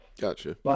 Gotcha